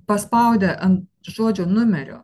paspaudę ant žodžio numerio